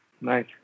nice